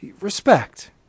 Respect